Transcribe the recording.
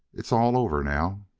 it's all over now.